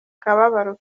kababaro